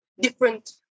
different